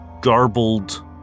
garbled